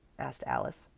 asked alice.